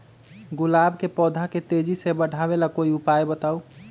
गुलाब के पौधा के तेजी से बढ़ावे ला कोई उपाये बताउ?